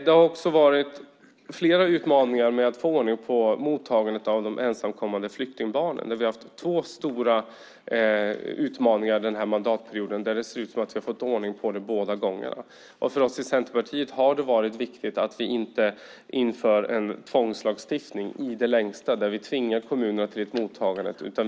Det har också varit fler utmaningar med att få ordning på mottagandet av de ensamkommande flyktingbarnen. Vi har haft två stora utmaningar under denna mandatperiod, och det ser ut som om vi har fått ordning på det båda gångerna. För oss i Centerpartiet har det varit viktigt att vi i det längsta inte inför en tvångslagstiftning där vi tvingar kommunerna till ett mottagande.